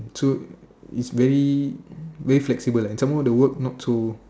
so is very very flexible and some more the work not so